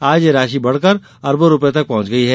आज यह राशि बढ़कर अरबों रूपयों तक पहुंच गयी है